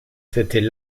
c’était